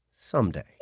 Someday